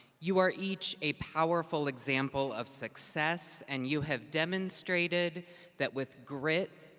you are each a powerful example of success and you have demonstrated that with grit,